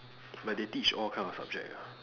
but they teach all kind of subject ah